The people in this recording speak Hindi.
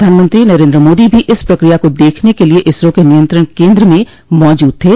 प्रधानमंत्री नरेन्द्र मोदी भी इस प्रक्रिया को देखने के लिए इसरो के नियंत्रण केन्द्र में मौजूद थे